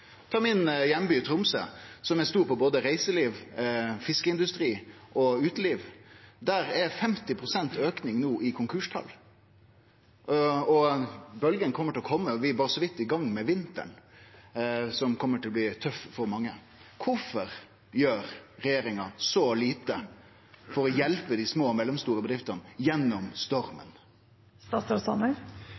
Tromsø, som er stor på både reiseliv, fiskeindustri og uteliv, er det no 50 pst. auke i konkursar. Bølga kjem til å kome, og vi er berre så vidt i gang med vinteren, som kjem til å bli tøff for mange. Kvifor gjer regjeringa så lite for å hjelpe dei små og mellomstore bedriftene gjennom